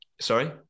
Sorry